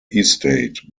estate